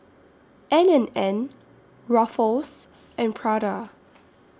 N and N Ruffles and Prada